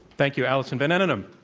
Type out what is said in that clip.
thank you, alison van eenennaam.